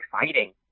exciting